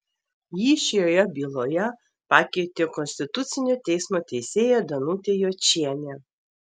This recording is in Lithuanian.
jį šioje byloje pakeitė konstitucinio teismo teisėja danutė jočienė